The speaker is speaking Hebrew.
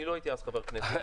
לא הייתי אז חבר כנסת.